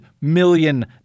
million